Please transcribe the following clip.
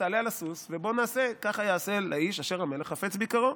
תעלה על הסוס ובוא נעשה "ככה יעשה לאיש אשר המלך חפץ ביקרו".